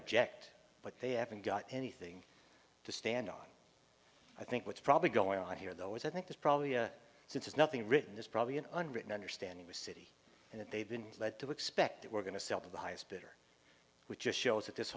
object but they haven't got anything to stand on i think what's probably going on here though is i think this probably since is nothing written there's probably an unwritten understanding with city and that they've been led to expect that we're going to sell to the highest bidder which just shows that this